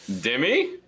Demi